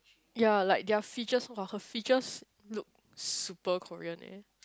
ya like their features [wah] their features look super Korean eh